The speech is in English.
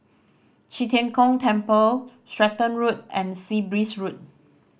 Qi Tian Gong Temple Stratton Road and Sea Breeze Road